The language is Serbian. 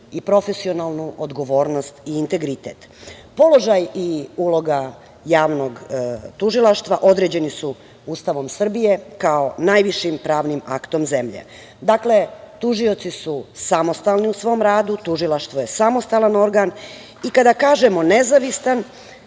i profesionalnu odgovornost i integritet. Položaj i uloga javnog tužilaštva određeni su Ustavom Srbije, kao najvišim pravnim aktom zemlje. Dakle, tužioci su samostalni u svom radu, tužilaštvo je samostalan organ i kada kažemo nezavistan,